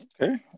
Okay